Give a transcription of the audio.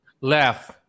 Left